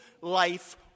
life